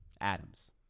Adams